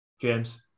James